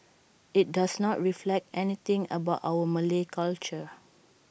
IT does not reflect anything about our Malay culture